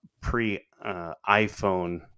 pre-iPhone